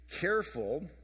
careful